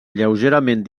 lleugerament